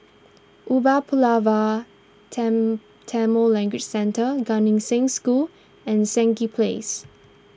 Umar Pulavar ten Tamil Language Centre Gan Eng Seng School and Stangee Place